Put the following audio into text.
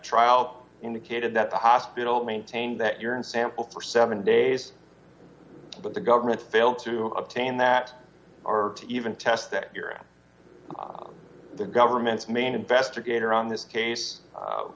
trial indicated that the hospital maintained that urine sample for seven days but the government failed to obtain that or to even test the area of the government's main investigator on this case